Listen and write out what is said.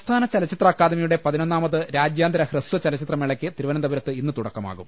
സംസ്ഥാന ചലച്ചിത്ര അക്കാദമിയുടെ പതിനൊന്നാമത് രാജ്യാ ന്തര ഹ്രസ്വ ചലച്ചിത്രമേളയ്ക്ക് തിരുവനന്തപുരത്ത് ഇന്ന് തുടക്ക മാകും